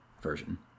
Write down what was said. version